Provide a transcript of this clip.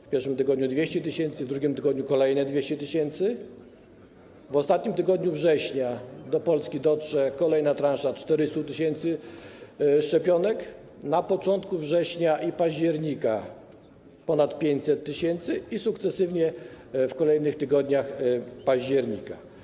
W pierwszym tygodniu - 200 tys., w drugim tygodniu - kolejne 200 tys., w ostatnim tygodniu września do Polski dotrze kolejna transza - 400 tys. szczepionek, na początku września i października - ponad 500 tys. i sukcesywnie w kolejnych tygodniach października.